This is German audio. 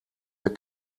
der